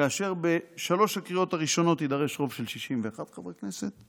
כאשר בשלוש הקריאות הראשונות יידרש רוב של 61 חברי כנסת,